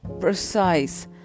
precise